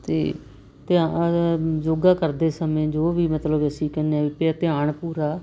ਅਤੇ ਧਿਆਨ ਯੋੋਗਾ ਕਰਦੇ ਸਮੇਂ ਜੋ ਵੀ ਮਤਲਬ ਅਸੀਂ ਕਹਿੰਦੇ ਆ ਵੀ ਧਿਆਨ ਪੂਰਾ